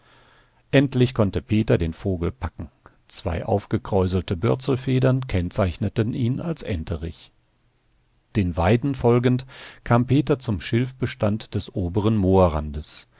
endlich konnte peter den vogel packen zwei aufgekräuselte bürzelfedern kennzeichneten ihn als enterich den weiden folgend kam peter zum schilfbestand des oberen